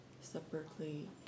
separately